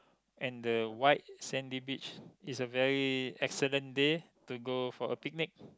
and the white sandy beach is a very excellent day to go for a picnic